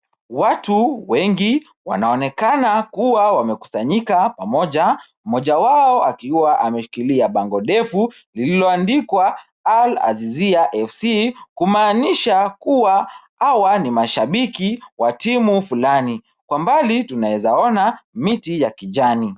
Watu wengi wanaonekana kua wamekusanyika pamoja mmoja wao akiwa amemshikilia bango ndefu lililo andikwa Al Azizia FC kumaaniasha kuwa hawa ni mashabiki wa timu fulani. Kwa mbali tunaweza ona miti ya kijani.